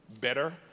better